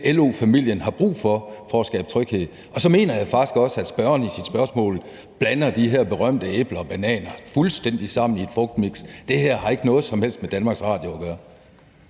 LO-familien har brug for for at skabe tryghed. Og så mener jeg faktisk også, at spørgeren i sit spørgsmål blander de her berømte æbler og bananer fuldstændig sammen i et frugtmiks, for det her har ikke noget som helst med Danmarks Radio at gøre.